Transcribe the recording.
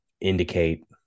indicate